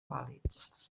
vàlids